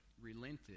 relented